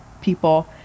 people